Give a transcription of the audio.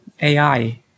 AI